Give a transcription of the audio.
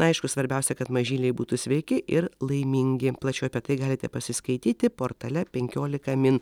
aišku svarbiausia kad mažyliai būtų sveiki ir laimingi plačiau apie tai galite pasiskaityti portale penkiolika min